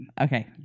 Okay